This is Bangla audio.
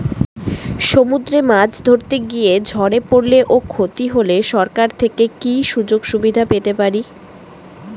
সমুদ্রে মাছ ধরতে গিয়ে ঝড়ে পরলে ও ক্ষতি হলে সরকার থেকে কি সুযোগ সুবিধা পেতে পারি?